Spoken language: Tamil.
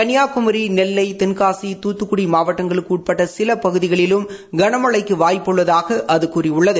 கள்ளியாகுமரி நெல்லை தென்காசி தூத்துக்குடி மாவட்டங்களுக்கு உட்பட்ட சில பகுதிகளிலும் கனமழைக்கு வாய்ப்பு உள்ளதாக அது கூறியுள்ளது